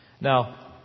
Now